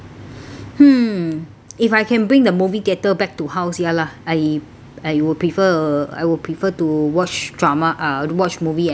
hmm if I can bring the movie theatre back to house ya lah I will prefer uh I will prefer to watch drama uh watch movie at home lah